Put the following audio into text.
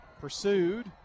pursued